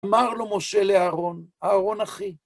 אמר לו משה לאהרון, אהרון אחי,